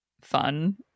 fun